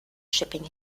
shipping